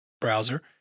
browser